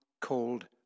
called